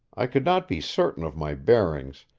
i could not be certain of my bearings,